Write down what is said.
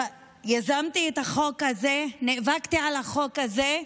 יזמתי את החוק הזה, נאבקתי על החוק הזה,